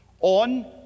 on